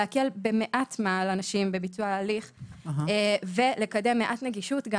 להקל במעט מה על הנשים בביצוע ההליך וגם לקדם מעט נגישות,